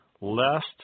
Lest